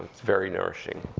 very nourishing.